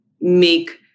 make